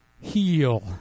heal